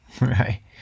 right